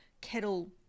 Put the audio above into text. kettle